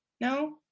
No